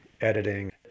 editing